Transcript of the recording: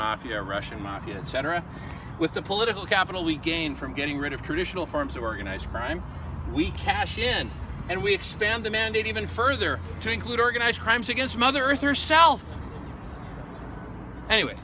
mafia russian mafia etc with the political capital we gain from getting rid of traditional forms of organized crime we cash in and we expand the mandate even further to include organized crimes against mother earth herself anyway